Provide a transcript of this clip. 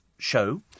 show